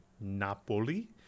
Napoli